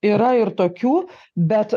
yra ir tokių bet